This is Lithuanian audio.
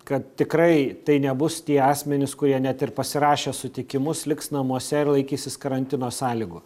kad tikrai tai nebus tie asmenys kurie net ir pasirašę sutikimus liks namuose ir laikysis karantino sąlygų